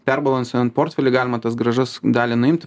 perbalsuojant portfelį galima tas grąžas dalį nuimt